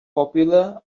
popular